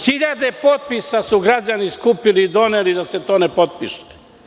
Hiljade potpisa su građani skupili i doneli da se to ne potpiše.